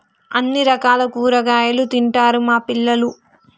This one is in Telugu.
అన్ని రకాల కూరగాయలు తింటారు మా పిల్లలు